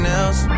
else